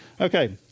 Okay